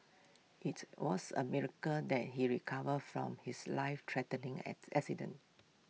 IT was A miracle that he recovered from his lifethreatening at accident